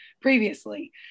previously